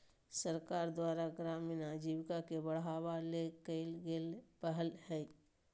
सरकार द्वारा ग्रामीण आजीविका के बढ़ावा ले कइल गेल पहल हइ